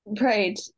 right